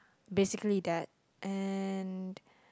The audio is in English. basically that and